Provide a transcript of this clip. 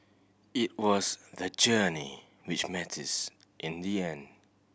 it was the journey which matters in the end